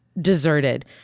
deserted